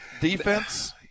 defense